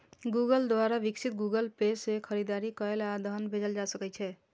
Google द्वारा विकसित Google Pay सं खरीदारी कैल आ धन भेजल जा सकै छै